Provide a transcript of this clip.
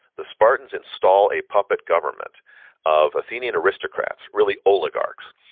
the spartans install a puppet government of athenian aristocrats, really oligarchs,